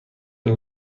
این